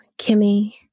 Kimmy